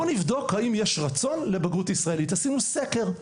בואו נבדוק האם יש רצון לבגרות ישראלית עשינו סקר.